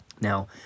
Now